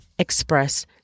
express